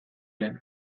lehen